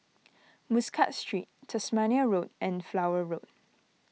Muscat Street Tasmania Road and Flower Road